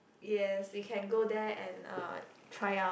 yes we can go there and uh try out